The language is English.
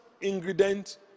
ingredient